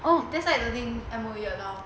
oh that's why I don't think M_O_E allow